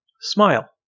Smile